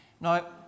Now